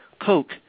Coke